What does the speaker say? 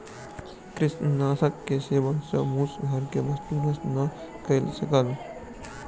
कृंतकनाशक के सेवन सॅ मूस घर के वस्तु नष्ट नै कय सकल